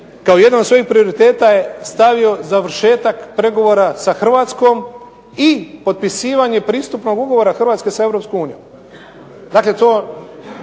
kao jedan od svojih prioriteta je stavio završetak pregovora sa Hrvatskom i potpisivanje pristupnog ugovora Hrvatske s EU. Dakle, to